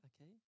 Okay